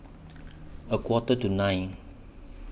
A Quarter to nine